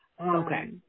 Okay